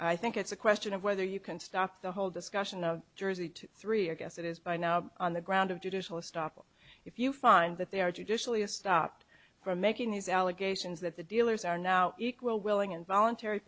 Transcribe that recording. i think it's a question of whether you can stop the whole discussion of jersey to three i guess it is by now on the ground of judicial stoppel if you find that they are judicially a stopped from making these allegations that the dealers are now equal willing and voluntary